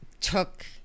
took